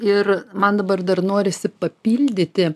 ir man dabar dar norisi papildyti